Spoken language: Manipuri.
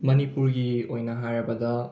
ꯃꯅꯤꯄꯨꯔꯒꯤ ꯑꯣꯏꯅ ꯍꯥꯏꯔꯕꯗ